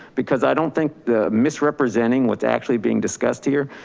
because i don't think the misrepresenting what's actually being discussed here,